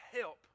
help